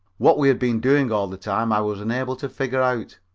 what we had been doing all the time i was unable to figure out.